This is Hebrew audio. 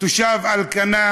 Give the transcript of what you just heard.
תושב אלקנה,